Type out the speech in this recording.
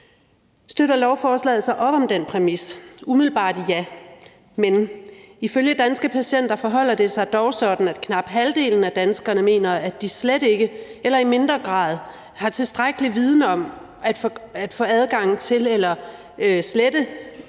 Støtter lovforslaget så op om den præmis? Umiddelbart er svaret ja, men ifølge Danske Patienter forholder det sig dog sådan, at knap halvdelen af danskerne mener, at de slet ikke eller i mindre grad har tilstrækkelig viden om at få adgang til eller slette